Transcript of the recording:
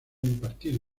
impartido